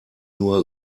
nur